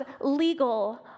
legal